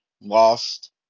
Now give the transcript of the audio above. lost